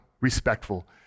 respectful